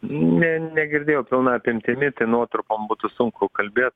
ne negirdėjau pilna apimtimi tai nuotrupom būtų sunku kalbėt